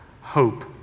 Hope